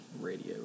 radio